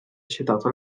citato